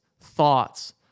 thoughts